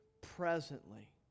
presently